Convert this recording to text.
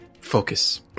Focus